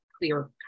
clear